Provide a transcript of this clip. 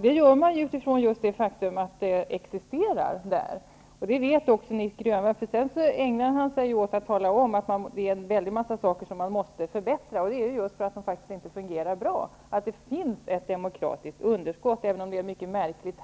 Det gör man just utifrån det faktum att nämnda underskott existerar där. Det vet också Nic Grönvall, för han säger sedan att det är väldigt många saker som man måste förbättra. Men det är ju just därför att det finns så mycket som inte fungerar bra som det finns ett demokratiskt underskott -- en i och för sig mycket märklig